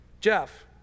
Jeff